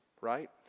right